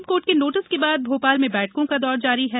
supreme court के notice के बाद भोपाल में बैठकों का दौर जारी हैं